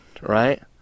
right